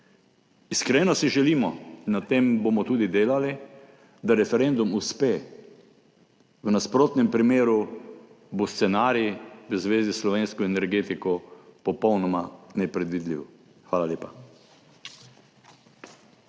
Iskreno si želimo, na tem bomo tudi delali, da referendum uspe, v nasprotnem primeru bo scenarij v zvezi s slovensko energetiko popolnoma nepredvidljiv. Hvala lepa.